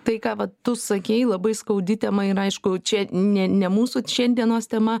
tai ką vat tu sakei labai skaudi tema ir aišku čia ne ne mūsų šiandienos tema